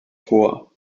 vor